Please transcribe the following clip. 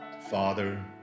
father